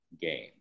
game